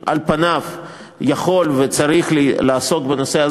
שעל פניו יכול וצריך לעסוק בנושא,